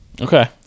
Okay